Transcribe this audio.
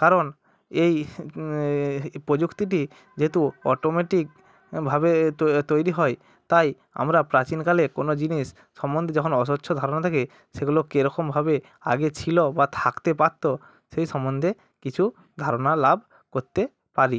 কারণ এই প্রযুক্তিটি যেহেতু অটোমেটিকভাবে তৈরি হয় তাই আমরা প্রাচীনকালে কোনো জিনিস সম্বন্ধে যখন অস্বচ্ছ ধারণা থাকে সেগুলো কীরকমভাবে আগে ছিল বা থাকতে পারত সেই সম্বন্ধে কিছু ধারণা লাভ করতে পারি